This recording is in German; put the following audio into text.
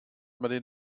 man